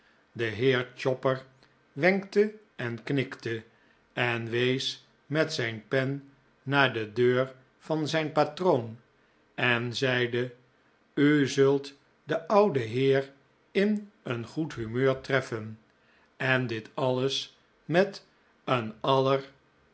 de heer chopper wenkte en knikte en wees met zijn pen naar de deur van zijn patroon en zeide u zult den ouwen heer in een goed humeur treffen en dit alles met een